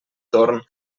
torn